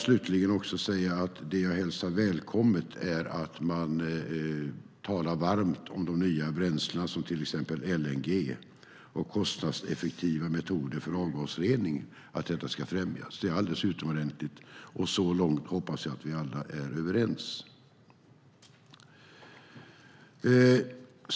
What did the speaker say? Slutligen vill jag säga att det jag hälsar välkommet är att man talar varmt om de nya bränslena, till exempel LNG, och för att kostnadseffektiva metoder för avgasrening ska främjas. Det är alldeles utomordentligt. Så långt hoppas jag att vi alla är överens.